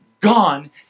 gone